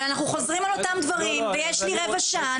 אבל אנחנו חוזרים על אותם דברים ויש לי רבע שעה.